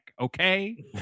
okay